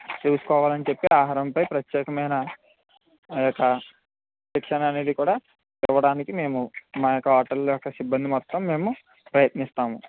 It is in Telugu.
చూసుకోవాలని చెప్పి ఆహారంపై ప్రత్యేకమైన ఆ యొక్క శిక్షణ అనేది కూడా ఇవ్వడానికి మేము మా యొక్క హోటల్లో యొక్క సిబ్బంది మొత్తం మేము ప్రయత్నిస్తాము